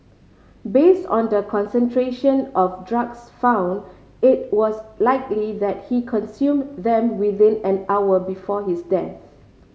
based on the concentration of drugs found it was likely that he consumed them within an hour before his death